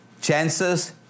chances